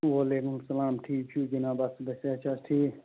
وَعلیکُم السَلام ٹھیٖک چھُ جناب اصٕل پٲٹھۍ صحت چھا حظ ٹھیٖک